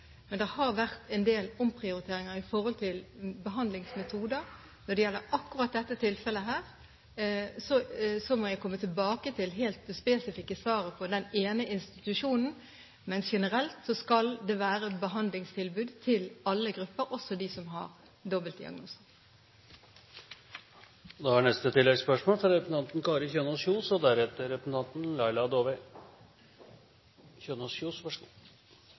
Men det har vært en del omprioriteringer i forhold til behandlingsmetoder. Når det gjelder akkurat dette tilfellet, denne ene institusjonen, må jeg komme tilbake til det helt spesifikke svaret, men generelt skal det være et behandlingstilbud til alle grupper, også dem som har dobbeltdiagnoser. Kari Kjønaas Kjos – til oppfølgingsspørsmål. Som politiker blir jeg ofte konfrontert med rusmisbrukere og